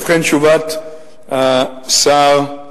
ובכ, תשובת השר היא כדלקמן: